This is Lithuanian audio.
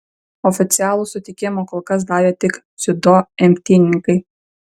oficialų sutikimą kol kas davė tik dziudo imtynininkai